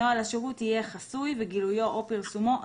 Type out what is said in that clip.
נוהל השירות יהא חסוי וגילויו או פרסומו אסור.".